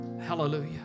Hallelujah